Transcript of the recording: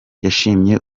yashimye